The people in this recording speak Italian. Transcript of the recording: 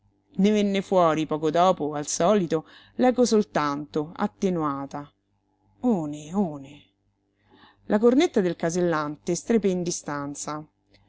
ne venne fuori poco dopo al solito l'eco soltanto attenuata one one la cornetta del casellante strepé in distanza